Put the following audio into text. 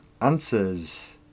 answers